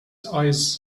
eyes